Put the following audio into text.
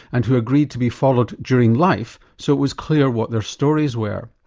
and who agreed to be followed during life so it was clear what their stories were.